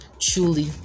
truly